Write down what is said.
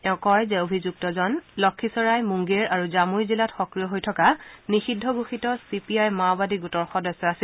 তেওঁ কয় যে অভিযুক্তজন লক্ষীচৰাই মুংগেৰ আৰু জামুই জিলাত সক্ৰিয় হৈ থকা নিষিদ্ধ ঘোষিত চি পি আই মাওবাদী গোটৰ সদস্য আছিল